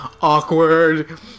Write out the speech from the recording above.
awkward